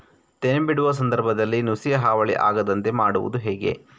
ತೆನೆ ಬಿಡುವ ಸಂದರ್ಭದಲ್ಲಿ ನುಸಿಯ ಹಾವಳಿ ಆಗದಂತೆ ಮಾಡುವುದು ಹೇಗೆ?